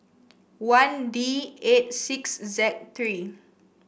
one D eight six Z three